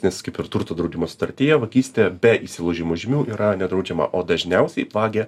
nes kaip ir turto draudimo sutartyje vagystė be įsilaužimo žymių yra nedraudžiama o dažniausiai vagia